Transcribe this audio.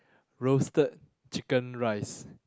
roasted chicken rice